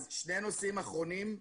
אז שני נושאים אחרונים: